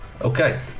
Okay